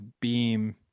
beam